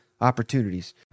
opportunities